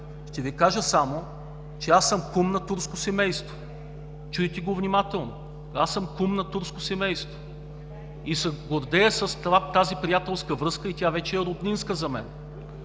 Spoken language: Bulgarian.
Ще Ви кажа само, че аз съм кум на турско семейство. Чуйте го внимателно – аз съм кум на турско семейство и се гордея с тази приятелска връзка. Тя вече е роднинска за мен.